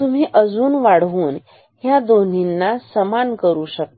तुम्ही अजून वाढवून त्या दोन्ही ना समान करू शकता